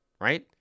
right